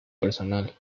personal